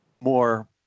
more